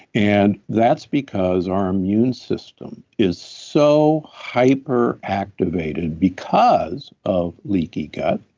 and that's because our immune system is so hyper activated because of leaky gut,